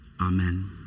Amen